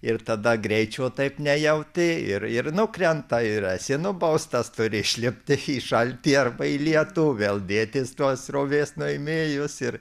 ir tada greičio taip nejauti ir ir nukrenta ir esi nubaustas turi išlipti į šaltį arba į lietų vėl dėtis tuos srovės nuėmėjus ir